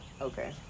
Okay